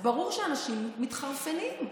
ברור שאנשים מתחרפנים.